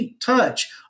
touch